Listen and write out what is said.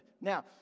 Now